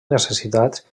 necessitats